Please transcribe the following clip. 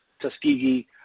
Tuskegee